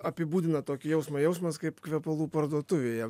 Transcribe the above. apibūdina tokį jausmą jausmas kaip kvepalų parduotuvėje